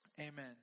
amen